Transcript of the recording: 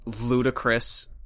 ludicrous